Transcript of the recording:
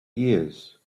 years